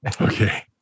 okay